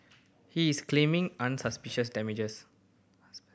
he is claiming unsuspicious damages